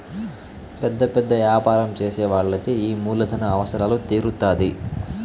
పెద్ద పెద్ద యాపారం చేసే వాళ్ళకి ఈ మూలధన అవసరాలు తీరుత్తాధి